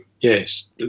yes